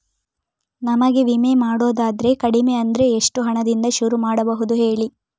ನಮಗೆ ವಿಮೆ ಮಾಡೋದಾದ್ರೆ ಕಡಿಮೆ ಅಂದ್ರೆ ಎಷ್ಟು ಹಣದಿಂದ ಶುರು ಮಾಡಬಹುದು ಹೇಳಿ